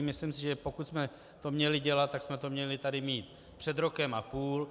Myslím si, že pokud jsme to měli dělat, tak jsme to tady měli mít před rokem a půl.